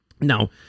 Now